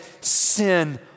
sin